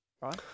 right